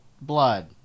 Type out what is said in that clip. blood